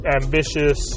ambitious